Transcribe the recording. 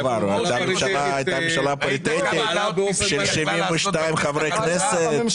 היתה ממשלה פריטטית של 72 חברי כנסת.